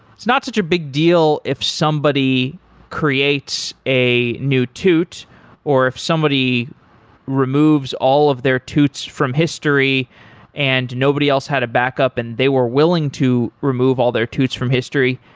it's not such a big deal if somebody creates a new toot or if somebody removes all of their toots from history and nobody else had a backup and they were willing to remove all their toots from history.